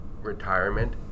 retirement